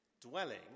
dwelling